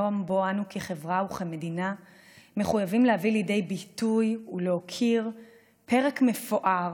יום שבו אנו כחברה וכמדינה מחויבים להביא לידי ביטוי ולהוקיר פרק מפואר,